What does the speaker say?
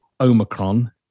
Omicron